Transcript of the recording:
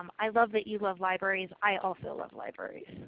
um i love that you love libraries. i also love libraries.